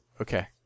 Okay